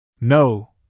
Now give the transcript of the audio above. No